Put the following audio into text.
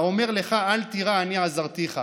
האֹמר לך אל תירא אני עזרתיך".